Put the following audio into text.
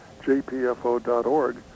jpfo.org